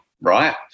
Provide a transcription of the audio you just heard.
right